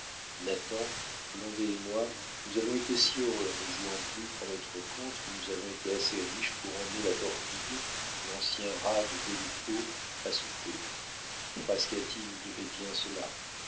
nathan blondet et moi nous avons été si heureux en ne jouant plus pour notre compte que nous avons été assez riches pour emmener la torpille l'ancien rat de des lupeaulx à souper frascati nous devait bien cela